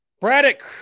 Braddock